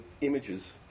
images